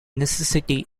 necessity